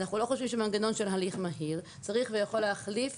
אנחנו לא חושבים שמנגנון של הליך מהיר צריך ויכול להחליף